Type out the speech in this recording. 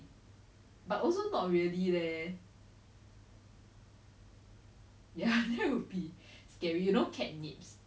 cause like we cannot deny that N_U_S is very very rich in very prestigious and a lot of students inside are very very rich also come from like